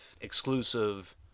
exclusive